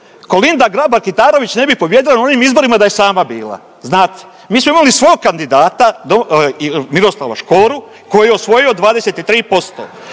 Kolinda Grabar Kitarović ne bi pobijedila na onim izborima da je sama bila, znate. Mi smo imali svog kandidata Miroslava Škoru koji je osvojio 23%,